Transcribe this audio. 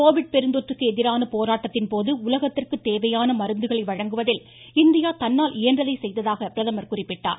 Covid பெருந்தொற்றுக்கு எதிரான போராட்டத்தின்போது உலகத்திற்கு தேவையான மருந்துகளை வழங்குவதில் இந்தியா தன்னால் இயன்றதை செய்ததாக அவர் குறிப்பிட்டார்